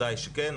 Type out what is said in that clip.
וודאי שכן,